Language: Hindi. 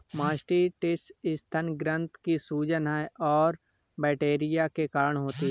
मास्टिटिस स्तन ग्रंथि की सूजन है और बैक्टीरिया के कारण होती है